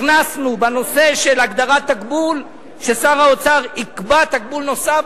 הכנסנו בנושא של הגדרת תקבול ששר האוצר יקבע תקבול נוסף,